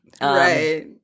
Right